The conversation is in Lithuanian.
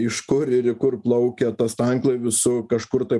iš kur ir į kur plaukia tas tanklaivis su kažkur tai